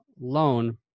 loan